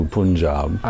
Punjab